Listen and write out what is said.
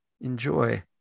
enjoy